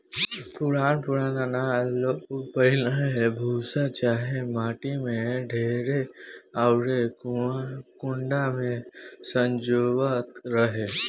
पुरान पुरान आनाज लोग पहिले भूसा चाहे माटी के डेहरी अउरी कुंडा में संजोवत रहे